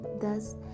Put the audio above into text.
Thus